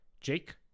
Jake